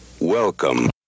welcome